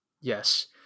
Yes